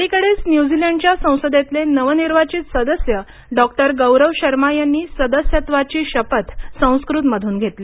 अलिकडेच न्यूझिलंडच्या संसदेतले नवनिर्वाचित सदस्य डॉक्टर गौरव शर्मा यांनी सदस्यत्वाची शपथ संस्कृतमधून घेतली